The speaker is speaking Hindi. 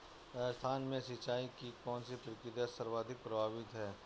राजस्थान में सिंचाई की कौनसी प्रक्रिया सर्वाधिक प्रभावी है?